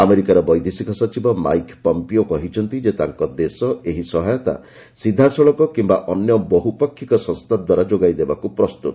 ଆମେରିକାର ବୈଦେଶିକ ସଚିବ ମାଇକ୍ ପମ୍ପିଓ କହିଛନ୍ତି ଯେ ତାଙ୍କ ଦେଶ ଏହି ସହାୟତା ସିଧାସଳଖ କିମ୍ବା ଅନ୍ୟ ବହୁପାକ୍ଷିକ ସଂସ୍ଥା ଦ୍ୱାରା ଯୋଗାଇ ଦେବାକୁ ପ୍ରସ୍ତୁତ